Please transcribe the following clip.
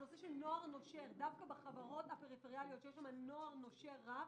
הנושא של נוער נושר דווקא בחברות הפריפריאליות יש שם נוער נושר רב,